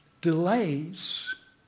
Delays